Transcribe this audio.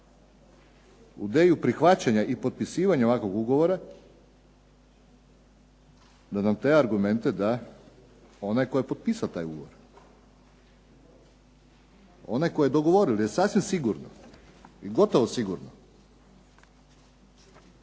ideju prihvaćanja i potpisivanja ovakvog ugovora da nam te argumente da onaj tko je potpisao taj ugovor, onaj tko je dogovorio. Jer sasvim sigurno i gotovo sigurno